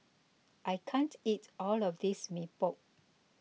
I can't eat all of this Mee Pok